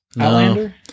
Outlander